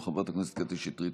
חברת הכנסת עאידה תומא סלימאן,